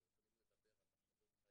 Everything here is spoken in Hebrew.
אנחנו יכולים לדבר על